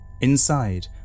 Inside